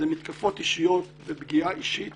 זה מתקפות אישיות ופגיעה אישית